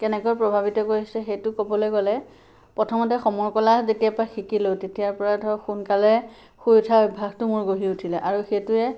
কেনেকৈ প্ৰভাৱিত কৰিছে সেইটো ক'বলৈ গ'লে প্ৰথমতে সমৰ কলা যেতিয়াৰপৰা শিকিলোঁ তেতিয়াৰপৰা ধৰক সোনকালে শুই উঠাৰ অভ্যাসটো গঢ়ি উঠিলে আৰু সেইটোৱে